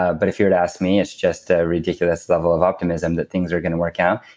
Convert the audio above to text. ah but if you were to ask me, it's just a ridiculous level of optimism that things are going to work out.